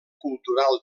cultural